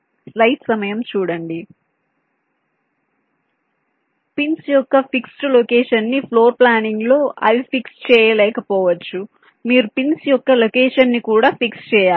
కాబట్టి పిన్స్ యొక్క fixed location ని ఫ్లోర్ ప్లానింగ్ లో అవి ఫిక్స్ చేయలేకపోవచ్చు మీరు పిన్స్ యొక్క లొకేషన్ ని కూడా ఫిక్స్ చేయాలి